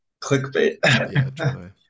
clickbait